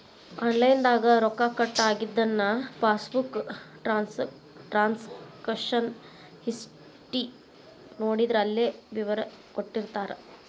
online ದಾಗ ರೊಕ್ಕ cut ಆಗಿದನ್ನ ಪಾಸ್ಬುಕ್ ಟ್ರಾನ್ಸಕಶನ್ ಹಿಸ್ಟಿ ನೋಡಿದ್ರ ಅಲ್ಲೆ ವಿವರ ಕೊಟ್ಟಿರ್ತಾರ